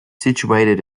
situated